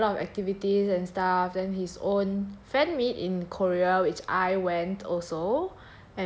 he had a lot of activities and stuff then his own fan meet in korea which I went also